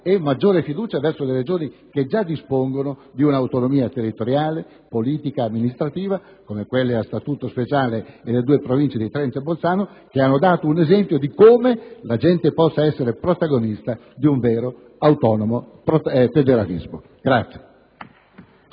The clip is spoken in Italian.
e maggiore fiducia verso le Regioni che già dispongono di un'autonomia territoriale, politica ed amministrativa, come quelle a Statuto speciale e le due Province di Trento e Bolzano, che hanno dato un esempio di come la gente possa essere protagonista di un vero ed autonomo federalismo.